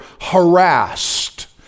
harassed